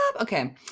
Okay